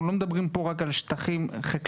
אנחנו לא מדברים פה רק על שטחים חקלאיים,